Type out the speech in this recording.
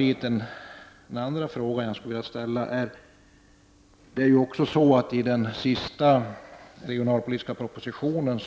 I den senaste regionalpolitiska propositionen